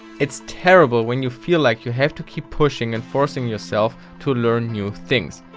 it's terrible when you feel like you have to keep pushing and forcing yourself to learn new things.